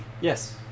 Yes